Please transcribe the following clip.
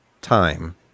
time